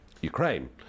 Ukraine